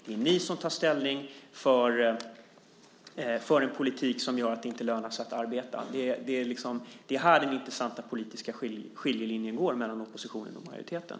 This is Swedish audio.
Det är ni som tar ställning för en politik som gör att det inte lönar sig att arbeta. Det är här den intressanta politiska skiljelinjen går mellan oppositionen och majoriteten.